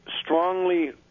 strongly